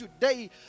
today